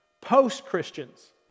Post-Christians